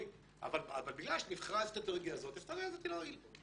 בגלל שנבחרה האסטרטגיה הזאת, היא